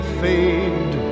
fade